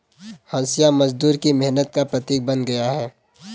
हँसिया मजदूरों की मेहनत का प्रतीक बन गया है